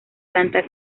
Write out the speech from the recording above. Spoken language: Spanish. planta